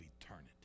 eternity